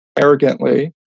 arrogantly